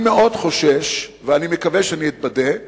אני מאוד חושש, ואני מקווה שאתבדה,